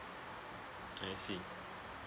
I see